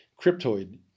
cryptoid